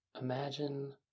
imagine